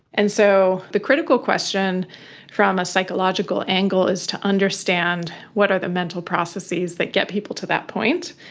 and so the critical question from a psychological angle is to understand what are the mental processes that get people to that point,